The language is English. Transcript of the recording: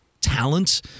talent